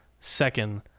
Second